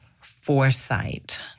foresight